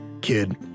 Kid